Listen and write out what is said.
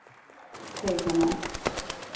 ठीक है मैम